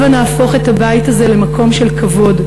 הבה נהפוך את הבית הזה למקום של כבוד,